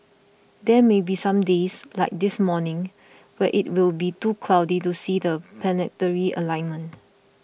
there may be some days like this morning where it will be too cloudy to see the planetary alignment